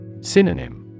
Synonym